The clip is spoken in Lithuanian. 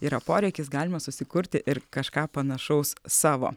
yra poreikis galima susikurti ir kažką panašaus savo